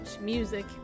music